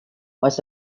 was